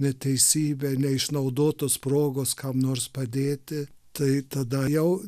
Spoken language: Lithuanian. neteisybė neišnaudotos progos kam nors padėti tai tada jau